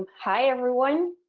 hi everyone